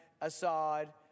Assad